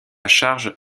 charge